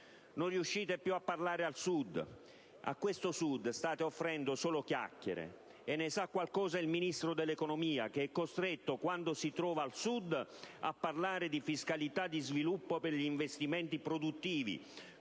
Non riuscite più a parlare al Sud, al quale state offrendo solo chiacchiere, e ne sa qualcosa il Ministro dell'economia che è costretto, quando si trova al Sud, a parlare di fiscalità di sviluppo per gli investimenti produttivi